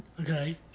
okay